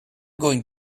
going